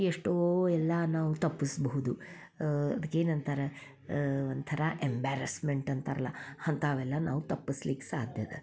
ಎಷ್ಟೋ ಎಲ್ಲ ನಾವು ತಪ್ಪಿಸ್ಬಹುದು ಅದ್ಕೆ ಏನಂತಾರೆ ಒಂಥರ ಎಂಬ್ಯಾರ್ಸ್ಮೆಂಟ್ ಅಂತಾರಲ್ಲ ಅಂಥವೆಲ್ಲ ನಾವು ತಪ್ಪಸ್ಲಿಕ್ಕೆ ಸಾಧ್ಯ ಅದ